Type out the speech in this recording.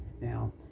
Now